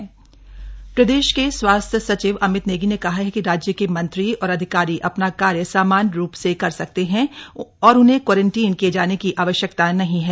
स्वास्थ्य सचिव प्रदेश के स्वास्थ्य सचिव अमित नेगी ने कहा है कि राज्य के मंत्री और अधिकारी अपना कार्य सामान्य रूप से कर सकते हैं और उन्हें क्वारंटी किए जाने की आवश्यकता नहीं है